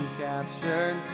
captured